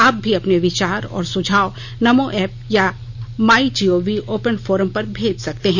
आप भी अपने विचार और सुझाव नमो ऐप या माई जीओवी ओपन फोरम पर भेज सकते हैं